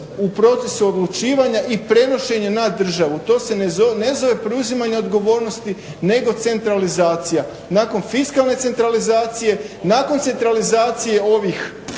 u procesu odlučivanja i prenošenja na državu. To se ne zove preuzimanje odgovornosti nego centralizacija. Nakon fiskalne centralizacije, nakon centralizacije ovih